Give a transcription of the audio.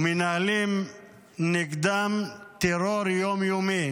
ומנהלים נגדם טרור יום-יומי,